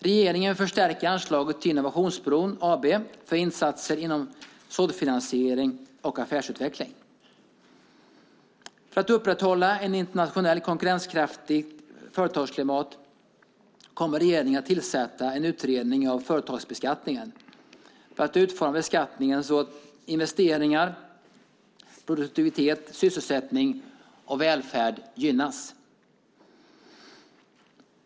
Regeringen förstärker anslaget till Innovationsbron AB för insatser inom såddfinansiering och affärsutveckling. För att upprätthålla ett internationellt konkurrenskraftigt företagsklimat kommer regeringen att tillsätta en utredning av företagsbeskattningen för att utforma beskattningen så att investeringar, produktivitet, sysselsättning och välfärd gynnas.